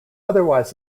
otherwise